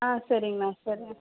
ஆ சரிங்கண்ணா சரிண்ணா